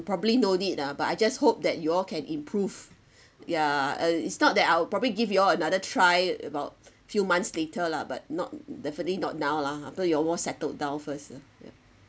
probably no need ah but I just hope that you all can improve ya uh it's not that I'll probably give you all another try about few months later lah but not definitely not now lah after you almost settled down first yeah